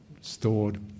stored